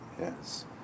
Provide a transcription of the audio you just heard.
Yes